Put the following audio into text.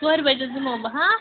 ژورِ بَجہٕ حظ یِمَو بہٕ ہاں